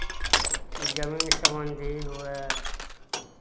कि जमीन सम्बन्धी हुए